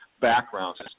backgrounds